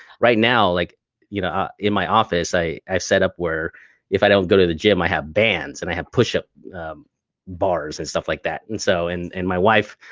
right now, like you know ah in my office, i i set up where if i don't go to the gym, i have bands and i have push up bars and stuff like that. and so and and my wife,